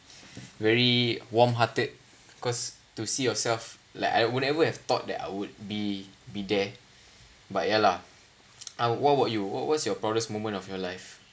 very warm hearted cause to see yourself like I would never have thought that I would be be there but yeah lah what about you what what's your proudest moment of your life